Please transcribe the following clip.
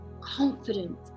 confident